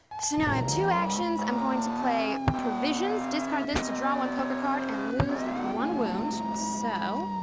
so now i have two actions, i'm going to play provisions. discard this to draw one poker card and lose one wound, so.